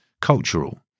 cultural